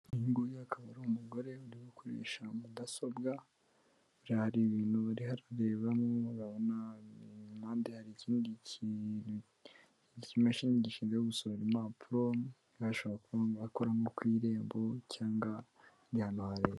Uyu ngo akaba ari umugore urigusha mudasobwa ibintu barihareba bamwe muribona nande hari ikigamashini gishinzwe gusohora impapuroshobora akoramo ku irembo cyangwa gihano leta.